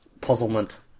puzzlement